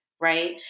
right